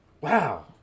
Wow